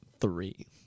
three